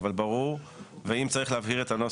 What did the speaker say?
אבל ברור, ואם צריך להבהיר את הנוסח.